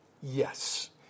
Yes